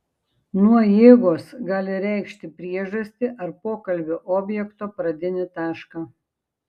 nuo jėgos gali reikšti priežastį ar pokalbio objekto pradinį tašką